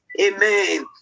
Amen